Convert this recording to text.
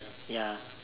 ya